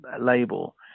label